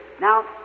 now